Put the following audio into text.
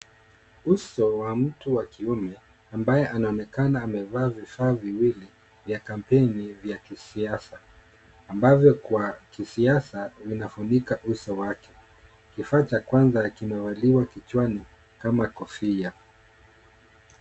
Uso wa mtu wa kiume ambaye anaonekana amevaa vifaa viwili vya kampeni vya kisiasa ambavyo kwa kisiasa vinafunika uso wake. Kifaa cha kwanza kimevaliwa kichwani kama kofia.